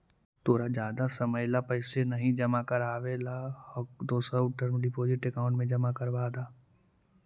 तोरा जादा समय ला पैसे नहीं जमा करवावे ला हव त शॉर्ट टर्म डिपॉजिट अकाउंट में जमा करवा द